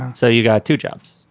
so you got two jobs.